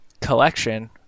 collection